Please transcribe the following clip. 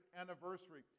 anniversary